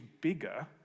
bigger